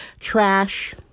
trash